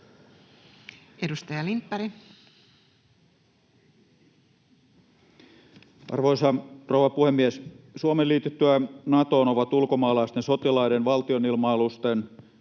14:41 Content: Arvoisa rouva puhemies! Suomen liityttyä Natoon ovat ulkomaalaisten sotilaiden, valtionilma-alusten